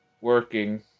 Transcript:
working